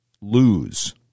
Lose